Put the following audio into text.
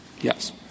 Yes